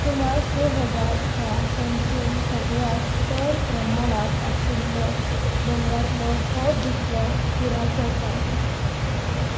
सुमार स हजारच्या संख्येन सगळ्यांत चड प्रमाणांत आशिल्लो डोंगरांतलो हो दुसरो खुराचो प्राणी